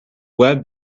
web